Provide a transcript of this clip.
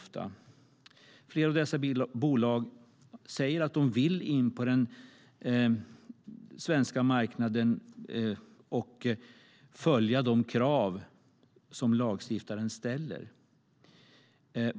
Flera av dessa bolag säger att de vill komma in på den svenska marknaden och följa de krav som lagstiftaren ställer.